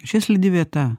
čia slidi vieta